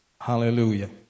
Hallelujah